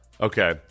okay